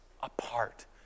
apart